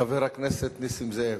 חבר הכנסת נסים זאב.